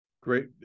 Great